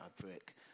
fabric